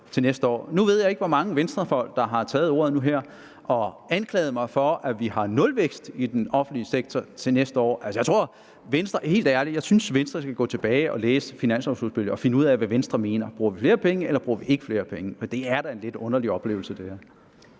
til næste år. Nu ved jeg ikke, hvor mange Venstrefolk der har taget ordet her og klandret mig for, at vi har nulvækst i den offentlige sektor til næste år. Altså, helt ærligt: Jeg synes, Venstre skal gå tilbage og læse finanslovudspillet for at finde ud af, hvad Venstre mener. Bruger vi flere penge, eller bruger vi ikke flere penge? For det her er da en lidt underlig oplevelse. Kl.